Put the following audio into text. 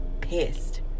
pissed